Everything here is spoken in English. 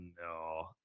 no